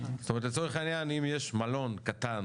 זאת אומרת לצורך העניין אם יש מלון קטן